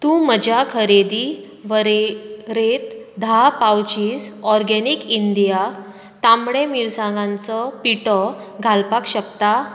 तूं म्हज्या खरेदी वळेरेंत धा पावचीज ऑर्गेनिक इंडिया तांबडे मिरसांगांचो पिठो घालपाक शकता